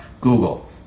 Google